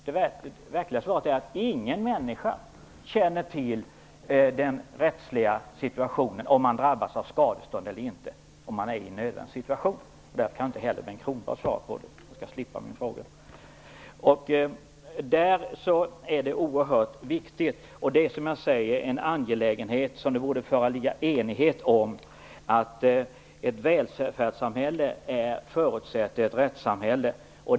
Det verkliga svaret är att ingen människa känner till den rättsliga situationen, om man drabbas av skadeståndskrav eller inte om man är i nödvärnssituation. Därför kan inte heller Bengt Kronblad svara, han skall slippa min fråga. Det är oerhört viktigt och, som jag säger, det är en angelägenhet som det borde föreligga enighet om, att ett välfärdssamhälle förutsätter ett rättssamhälle.